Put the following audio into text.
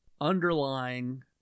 underlying